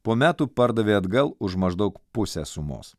po metų pardavė atgal už maždaug pusę sumos